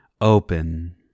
open